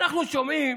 אנחנו שומעים,